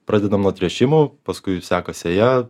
pradedam nuo tręšimų paskui seka sėja